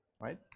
right